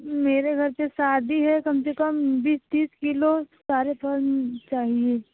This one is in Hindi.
मेरे घर पर शादी है कम से कम बीस तीस किलो सारे फल चाहिए